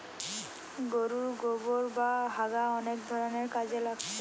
গোরুর গোবোর বা হাগা অনেক ধরণের কাজে লাগছে